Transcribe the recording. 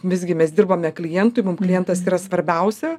visgi mes dirbame klientui mum klientas yra svarbiausia